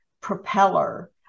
propeller